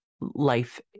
life